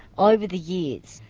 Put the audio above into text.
over the years.